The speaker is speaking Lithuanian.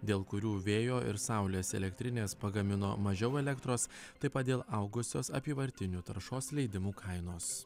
dėl kurių vėjo ir saulės elektrinės pagamino mažiau elektros taip pat dėl augusios apyvartinių taršos leidimų kainos